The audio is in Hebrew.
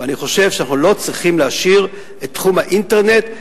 ואני חושב שאנחנו לא צריכים להשאיר את תחום האינטרנט,